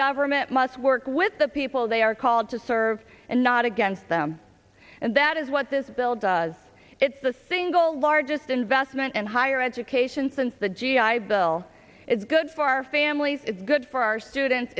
government must work with the people they are called to serve and not against them and that is what this bill does it's the single largest investment and higher education since the g i bill it's good for our families it's good for our students